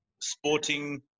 sporting